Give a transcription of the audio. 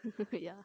ya